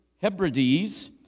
Hebrides